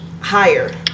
higher